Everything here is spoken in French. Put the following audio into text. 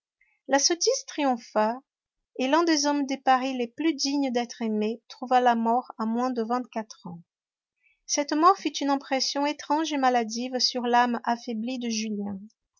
la sottise triompha et l'un des hommes de paris les plus dignes d'être aimés trouva la mort à moins de vingt-quatre ans cette mort fit une impression étrange et maladive sur l'âme affaiblie de julien